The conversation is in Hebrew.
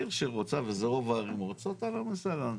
עיר שרוצה וזה רוב הערים רוצות, אהלן וסהלן.